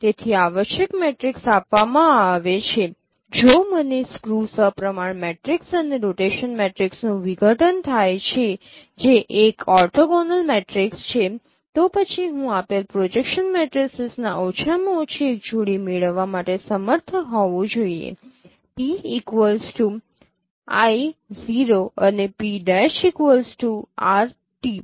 તેથી આવશ્યક મેટ્રિક્સ આપવામાં આવે છે જો મને સ્ક્યૂ સપ્રમાણ મેટ્રિક્સ અને રોટેશન મેટ્રિક્સનો વિઘટન થાય છે જે એક ઓર્થોગોનલ મેટ્રિક્સ છે તો પછી હું આપેલ પ્રોજેક્શન મેટ્રિસીસના ઓછામાં ઓછા એક જોડી મેળવવા માટે સમર્થ હોવું જોઈએ P I | 0 અને P' R | t